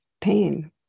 pain